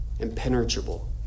impenetrable